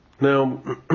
Now